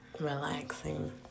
relaxing